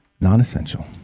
non-essential